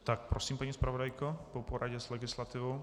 Tak prosím, paní zpravodajko, po poradě s legislativou.